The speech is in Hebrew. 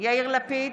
יאיר לפיד,